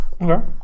Okay